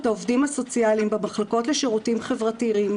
העובדים הסוציאליים במחלקות לשירותים חברתיים,